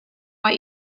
what